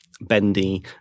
bendy